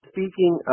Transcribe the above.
Speaking